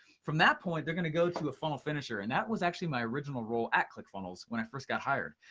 from that point, they're gonna go to a funnel finisher. and that was actually my original role at clickfunnels, when i first got hired.